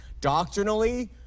doctrinally